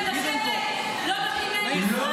כן, לא נותנים להם --- לא